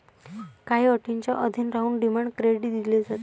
काही अटींच्या अधीन राहून डिमांड क्रेडिट दिले जाते